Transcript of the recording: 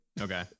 Okay